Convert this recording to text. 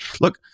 look